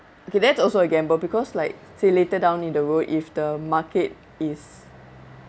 okay that's also a gamble because like say later down in the road if the market is